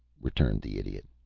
returned the idiot.